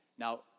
Now